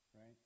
Right